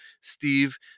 Steve